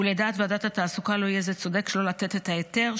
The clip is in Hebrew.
ולדעת ועדת התעסוקה לא יהיה זה צודק שלא לתת את ההיתר,